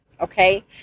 Okay